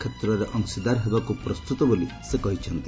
କ୍ଷେତ୍ରରେ ଅଂଶୀଦାର ହେବାକୁ ପ୍ରସ୍ତୁତ ବୋଲି ସେ କହିଛନ୍ତି